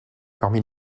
parmi